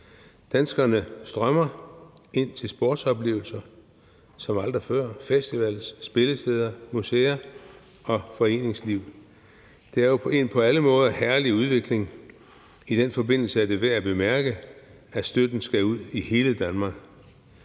aldrig før ind til sportsoplevelser, festivaler, spillesteder, museer og foreningsliv. Det er jo en på alle måder herlig udvikling. I den forbindelse er det værd at bemærke, at støtten skal ud i hele Danmark.